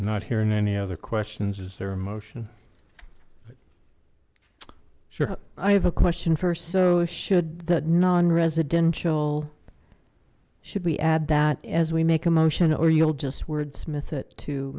not hearing any other questions is there emotion sure i have a question first so should that non residential should we add that as we make a motion or you'll just wordsmith it to